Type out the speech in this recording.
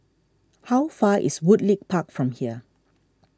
how far is Woodleigh Park from here